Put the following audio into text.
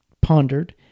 pondered